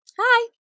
Hi